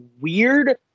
weird